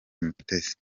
mutesi